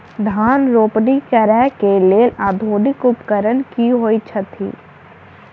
धान रोपनी करै कऽ लेल आधुनिक उपकरण की होइ छथि?